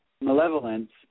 malevolence